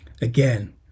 again